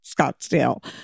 Scottsdale